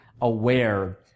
aware